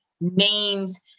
names